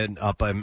up